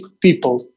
people